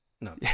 No